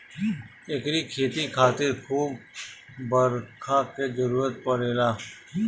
एकरी खेती खातिर खूब बरखा के जरुरत पड़ेला